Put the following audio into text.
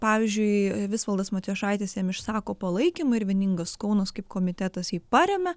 pavyzdžiui visvaldas matijošaitis jam išsako palaikymą ir vieningas kaunas kaip komitetas jį paremia